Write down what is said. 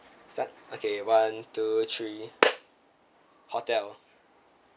start okay one two three hotel